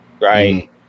Right